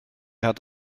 hat